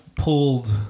pulled